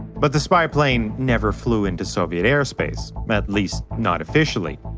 but the spy plane never flew into soviet airspace. at least not officially,